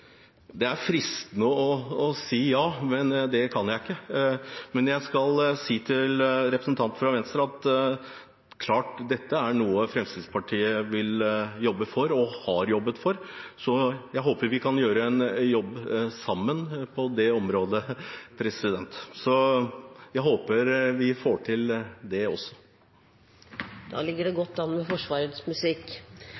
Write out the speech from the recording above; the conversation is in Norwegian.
Det er fristende å si ja, men det kan jeg ikke. Men jeg skal si til representanten fra Venstre at dette klart er noe Fremskrittspartiet vil jobbe for og har jobbet for. Så jeg håper vi kan gjøre en jobb sammen på det området. Jeg håper vi får til det også. Da ligger det godt an med Forsvarets musikk.